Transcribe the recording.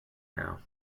now